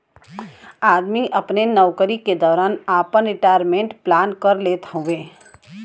आदमी अपने नउकरी के दौरान आपन रिटायरमेंट प्लान कर लेत हउवे